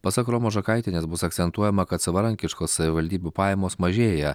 pasak romos žakaitienės bus akcentuojama kad savarankiškos savivaldybių pajamos mažėja